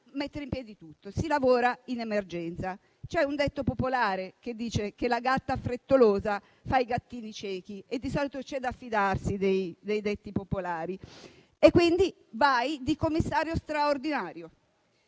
Si lavora in emergenza. Un detto popolare recita che la gatta frettolosa fa i gattini ciechi e di solito c'è da fidarsi dei detti popolari. Si ricorre quindi a un commissario straordinario